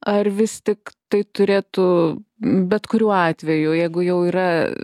ar vis tik tai turėtų bet kuriuo atveju jeigu jau yra